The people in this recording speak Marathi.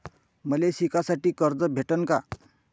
मले शिकासाठी कर्ज भेटन का?